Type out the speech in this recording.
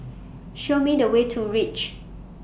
Show Me The Way to REACH